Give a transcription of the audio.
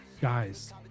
guys